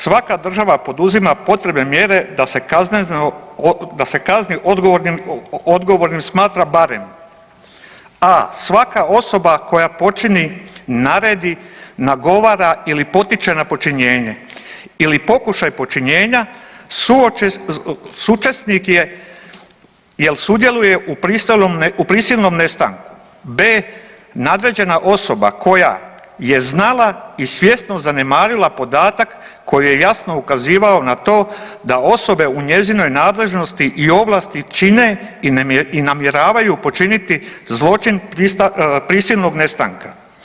Svaka država poduzima potrebne mjere da se kazni odgovornim smatra barem a) svaka osoba koja počini, naredi, nagovara ili potiče na počinjenje ili pokušaj počinjenja suučesnik je jer sudjeluje u prisilnom nestanku; b) nadređena osoba koja je znala i svjesno zanemarila podatak koji je jasno ukazivao na to da osobe u njezinoj nadležnosti i ovlasti čine i namjeravaju počiniti zločin prisilnog nestanka.